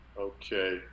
Okay